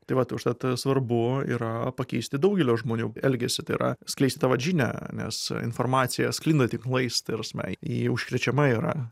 tai vat užtat svarbu yra pakeisti daugelio žmonių elgesį tai yra skleisti tą vat žinią nes informacija sklinda tinklais ta prasme ji užkrečiama yra